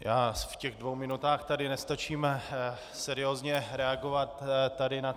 Já v těch dvou minutách tady nestačím seriózně reagovat na